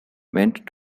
meant